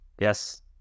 Yes